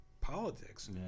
Politics